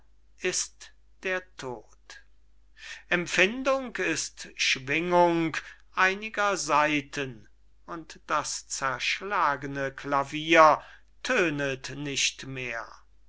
ist der tod empfindung ist schwingung einiger saiten und das zerschlagene klavier tönet nicht mehr